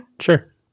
sure